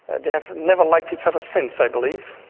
and they have never liked each other since, i believe.